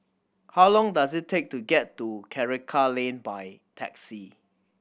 how long does it take to get to Karikal Lane by taxi